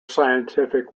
scientific